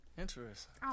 Interesting